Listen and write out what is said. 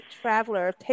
traveler